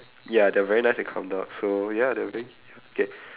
ya they're very nice and calm dogs so ya they're very K